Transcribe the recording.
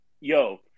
yo